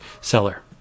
seller